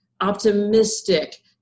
optimistic